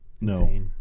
no